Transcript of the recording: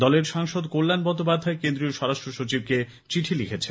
দলের সাংসদ কল্যাণ বন্দ্যোপাধ্যায় কেন্দ্রীয় স্বরাষ্ট্র সচিবকে চিঠি লিখেছেন